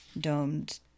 domed